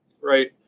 right